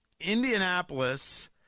Indianapolis